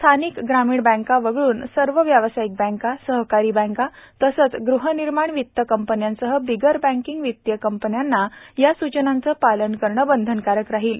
स्थानिक ग्रामीण बँका वगळून सर्व व्यावसायिक बँका सहकारी बँका तसंच गृहनिर्माण वित्त कंपन्यांसह बिगर बँकिंग वित्तीय कंपन्यांना या सूचनांचं पालन करणं बंधनकारक राहील